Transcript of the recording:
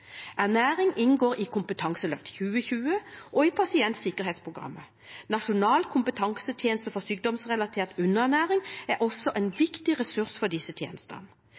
Ernæring inngår i Kompetanseløft 2020 og i pasientsikkerhetsprogrammet. Nasjonal kompetansetjeneste for sykdomsrelatert underernæring er også en viktig ressurs for disse tjenestene.